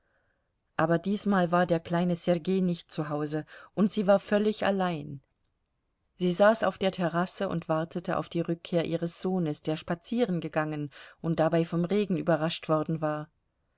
aber diesmal war der kleine sergei nicht zu hause und sie war völlig allein sie saß auf der terrasse und wartete auf die rückkehr ihres sohnes der spazierengegangen und dabei vom regen überrascht worden war